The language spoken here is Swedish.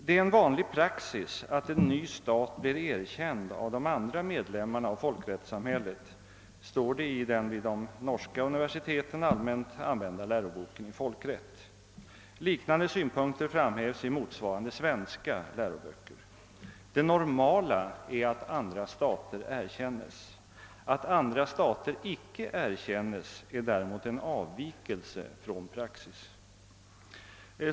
»Det är vanlig praxis att en ny stat blir erkänd av de andra medlemmarna av folkrättssamhället», står det i den vid de nordiska universiteten allmänt använda läroboken i folkrätt. Liknande synpunkter framhävs i motsvarande svenska läroböcker. Det normala är att andra stater erkännes. Att andra stater icke erkännes är däremot en avvikelse från praxis.